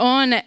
on